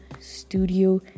studio